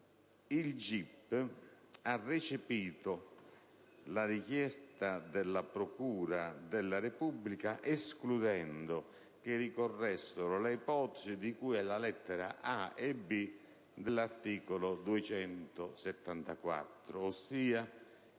il GIP ha recepito la richiesta della procura della Repubblica escludendo che ricorressero le ipotesi di cui alle lettere *a)* e *b)* dello stesso